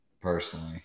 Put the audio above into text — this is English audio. personally